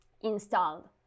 installed